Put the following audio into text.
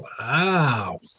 Wow